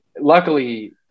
luckily